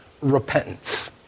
repentance